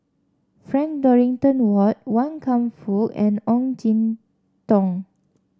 Frank Dorrington Ward Wan Kam Fook and Ong Jin Teong